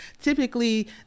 typically